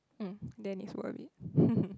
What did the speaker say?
mm then it's worth it